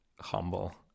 humble